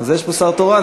יש פה שר תורן?